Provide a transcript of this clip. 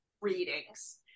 readings